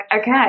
okay